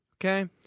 Okay